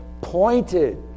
pointed